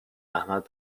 احمد